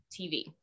TV